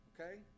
okay